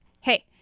hey